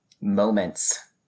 moments